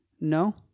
no